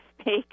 speak